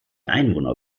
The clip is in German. einwohner